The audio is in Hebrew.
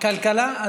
כלכלה.